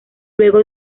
luego